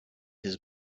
his